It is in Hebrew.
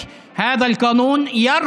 (אומר